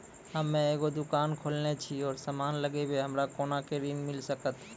हम्मे एगो दुकान खोलने छी और समान लगैबै हमरा कोना के ऋण मिल सकत?